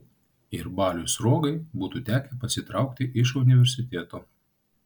ir baliui sruogai būtų tekę pasitraukti iš universiteto